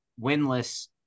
winless